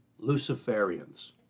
Luciferians